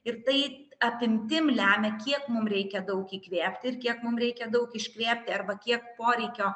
ir tai apimtim lemia kiek mum reikia daug įkvėpt ir kiek mum reikia daug iškvėpti arba kiek poreikio